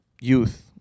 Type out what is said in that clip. youth